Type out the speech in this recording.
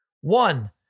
one